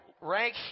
rank